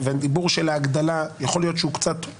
והדיבור של ההגדלה יכול להיות שהוא יכול לפתור את הבעיה.